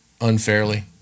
unfairly